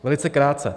Velice krátce: